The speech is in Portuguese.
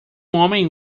homem